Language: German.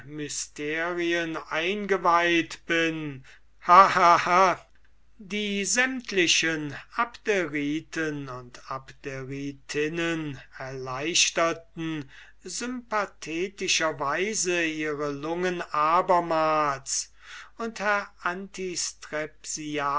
mysterien eingeweiht bin ha ha ha die sämtlichen abderiten und abderitinnen erleichterten sympathetischer weise ihre lungen abermals und herr